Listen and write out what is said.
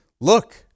look